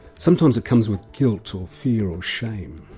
sometimes it comes with guilt, or fear, or shame.